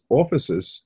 offices